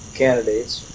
candidates